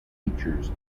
teachers